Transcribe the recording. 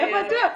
זה בטוח.